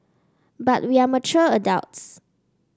but we are mature adults